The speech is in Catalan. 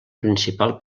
principal